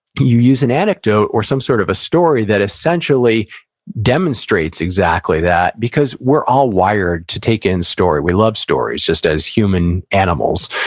you use an anecdote, or some sort of a story that essentially demonstrates exactly that. because, we're all wired to take in the story, we love stories, just as human animals.